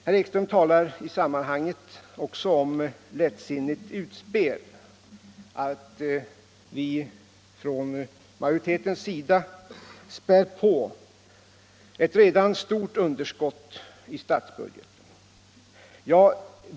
Herr Ekström talar i sammanhanget också om lättsinnigt utspel, att vi från majoritetens sida späder på ett redan stort underskott i statsbudgeten.